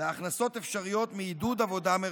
להכנסות אפשריות מעידוד עבודה מרחוק.